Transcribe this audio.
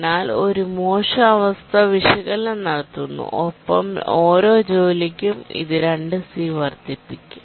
എന്നാൽ ഒരു മോശം അവസ്ഥ വിശകലനം നടത്തുന്നു ഒപ്പം ഓരോ ജോലിക്കും ഇത് 2 സി വർദ്ധിപ്പിക്കും